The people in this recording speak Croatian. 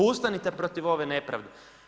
Ustanite protiv ove nepravde.